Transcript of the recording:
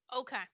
Okay